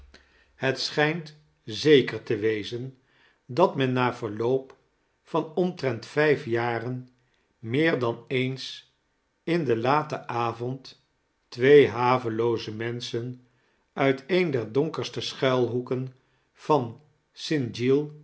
het schijnt zeker te wezen dat men na verloop van omtrent vijf jaren meer dan eens in den laten avond twee havelooze menschen uit een der donkerste schuilhoeken van